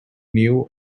new